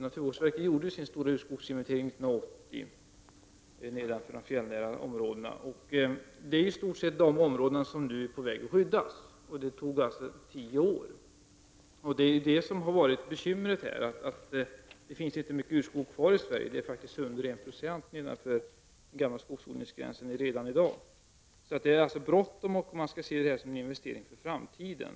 Naturvårdsverket gjorde sin stora inventering av urskog nedanför de fjällnära skogarna 1980. Det är ju också i stort sett dessa områden som kommer att skyddas. Det tog alltså tio år att uppnå detta. Det som är vårt bekymmer är att det inte finns mycket urskog kvar i Sverige, det rör sig faktiskt redan i dag om mindre än 1 96 nedanför den gamla skogsodlingsgränsen. Det är således bråttom, och detta bör ses som en investering för framtiden.